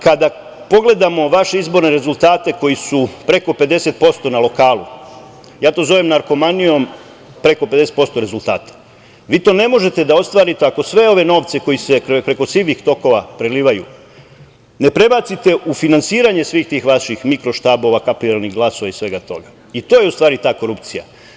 Kada pogledamo vaše izborne rezultate koji su preko 50% na lokalu, ja to zovem narkomanijom preko 50% rezultata, vi to ne možete da ostvarite ako sve ove novce, koji se preko sivih tokova prelivaju, ne prebacite u finansiranje svih tih vaših mikroštabova, kapilarnih glasova i svega i toga, i to je u stvari ta korupcija.